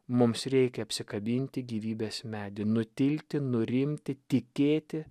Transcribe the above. mums reikia apsikabinti gyvybės medį nutilti nurimti tikėti